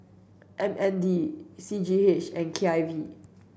M N D C G H and K I V